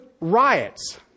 riots